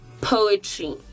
poetry